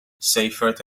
seifert